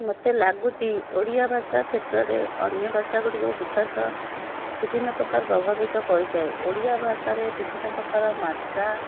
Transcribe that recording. ମୋତେ ଲାଗୁଛି ଓଡ଼ିଆ ଭାଷା କ୍ଷେତ୍ରରେ ଅନ୍ୟ ଭାଷା ଗୁଡ଼ିକୁ ବିକାଶ ବିଭିନ୍ନ ପ୍ରକାର ପ୍ରଭାବିତ କରିଥାଏ ଓଡ଼ିଆ ଭାଷରେ ବିଭିନ୍ନ ପ୍ରକାର ମାତ୍ରା